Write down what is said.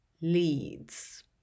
leads